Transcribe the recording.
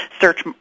search